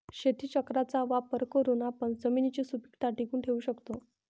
शेतीचक्राचा वापर करून आपण जमिनीची सुपीकता टिकवून ठेवू शकतो